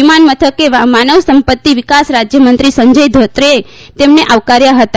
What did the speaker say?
વિમાનમથકે માનવસંપત્તિ વિકાસ રાજ્યમંત્રી સંજય ધોત્રેએ તેમને આવકાર્યા હતા